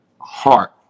heart